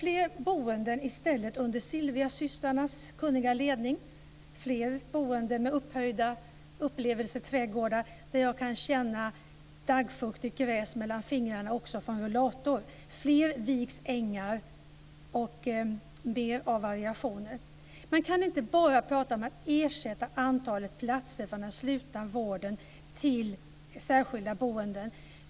Nej, vi vill ha fler boenden under Silviasystrarnas kunniga ledning, fler boenden med upphöjda upplevelseträdgårdar, där man kan känna daggfuktigt gräs mellan fingrarna också om man går med rullator, fler Viks ängar och mera av variation. Man kan inte bara prata om att ersätta ett antal platser inom den slutna vården med särskilda boenden.